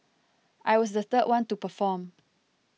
I was the third one to perform